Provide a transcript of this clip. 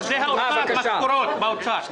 זה משכורות לאוצר.